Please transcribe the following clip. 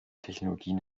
technologien